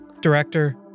Director